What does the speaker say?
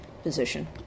Position